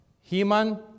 Heman